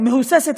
מהוססת,